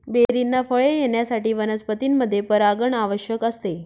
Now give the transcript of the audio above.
बेरींना फळे येण्यासाठी वनस्पतींमध्ये परागण आवश्यक असते